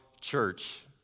church